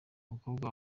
umukobwa